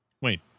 Wait